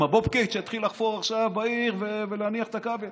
הבובקט ויתחיל לחפור בעיר ולהניח את הכבל.